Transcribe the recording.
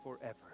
forever